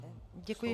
Děkuji.